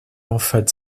offered